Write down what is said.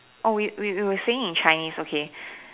oh we we were saying in Chinese okay